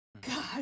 God